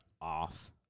off